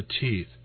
teeth